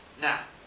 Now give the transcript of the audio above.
Now